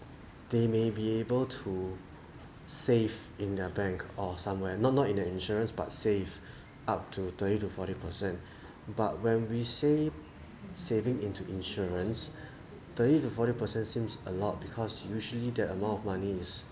they may be able to save in their bank or somewhere not not in the insurance but save up to twenty to forty percent but when we say saving into insurance thirty to forty percent seems a lot because usually that amount of money is